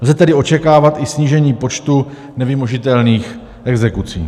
Lze tedy očekávat i snížení počtu nevymožitelných exekucí.